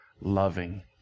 loving